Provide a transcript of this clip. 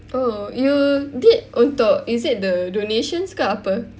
oh you did untuk is it the donations ke apa